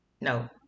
no